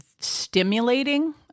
stimulating